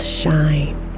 shine